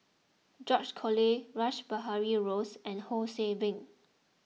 George Collyer Rash Behari Bose and Ho See Beng